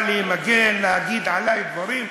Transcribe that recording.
בא לי מגן להגיד עלי דברים.